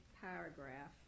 paragraph